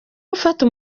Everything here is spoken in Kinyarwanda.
gufata